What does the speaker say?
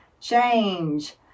change